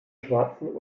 schwarzen